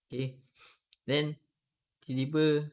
okay then tiba tibs